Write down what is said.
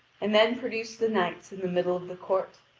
and then produced the knights in the middle of the court.